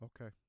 Okay